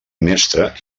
mestre